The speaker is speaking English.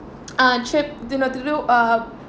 uh trip do not to do uh